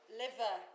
liver